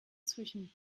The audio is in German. zwischen